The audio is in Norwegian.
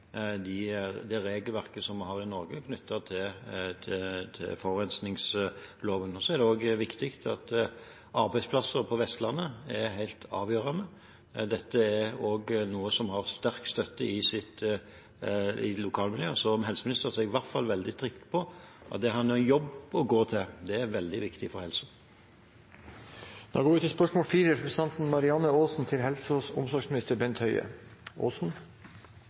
det regelverket som vi har i Norge knyttet til forurensningsloven. Så er også arbeidsplasser på Vestlandet helt avgjørende. Dette er også noe som har sterk støtte i lokalmiljøet. Som helseminister er jeg i hvert fall veldig trygg på at det å ha en jobb å gå til er veldig viktig for helsen. «Forskning er med på å redde liv ved at nye medisiner utvikles slik at mange kan leve lenger og